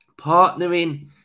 Partnering